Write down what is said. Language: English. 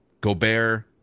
Gobert